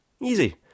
Easy